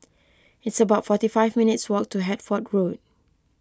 it's about forty five minutes' walk to Hertford Road